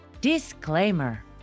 disclaimer